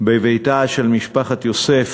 בביתה של משפחת יוסף,